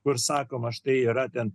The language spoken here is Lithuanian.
kur sakoma štai yra ten